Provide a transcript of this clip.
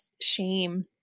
shame